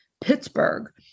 Pittsburgh